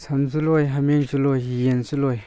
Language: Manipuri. ꯁꯟꯁꯨ ꯂꯣꯏ ꯍꯥꯃꯦꯡꯁꯨ ꯂꯣꯏ ꯌꯦꯟꯁꯨ ꯂꯣꯏ